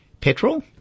Petrol